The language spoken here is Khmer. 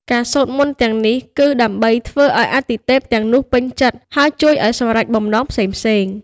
ការសូត្រមន្តទាំងនេះ គឺដើម្បីធ្វើឱ្យអាទិទេពទាំងនោះពេញចិត្ត ហើយជួយឱ្យសម្រេចបំណងផ្សេងៗ។